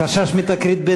חשש מתקרית,